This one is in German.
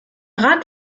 rat